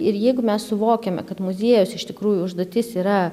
ir jeigu mes suvokiame kad muziejaus iš tikrųjų užduotis yra